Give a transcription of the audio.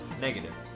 Negative